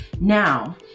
now